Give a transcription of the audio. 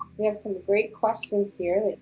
we have some great questions here.